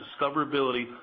discoverability